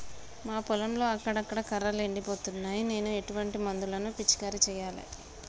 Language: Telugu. మా పొలంలో అక్కడక్కడ కర్రలు ఎండిపోతున్నాయి నేను ఎటువంటి మందులను పిచికారీ చెయ్యాలే?